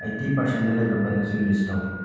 eighty percent ꯂꯩꯕ ꯄ꯭ꯔꯗꯛꯁꯤꯡ list ꯇꯧ